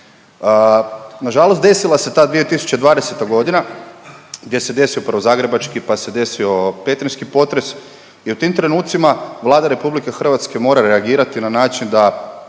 Nažalost desila se ta 2020.g. gdje se desio prvo zagrebački, pa se desio petrinjski potres i u tim trenucima Vlada RH mora reagirati na način da